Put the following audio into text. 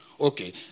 Okay